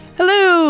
Hello